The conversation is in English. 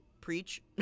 preach